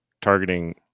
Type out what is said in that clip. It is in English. targeting